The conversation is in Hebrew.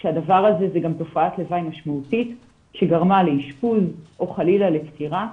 כאשר מדובר בתופעת לוואי משמעותית שגרמה לאשפוז או חלילה לפטירה,